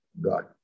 God